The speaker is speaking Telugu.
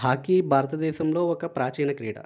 హాకీ భారతదేశంలో ఒక ప్రాచీన క్రీడ